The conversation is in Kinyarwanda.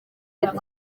ati